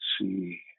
see